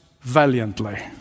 valiantly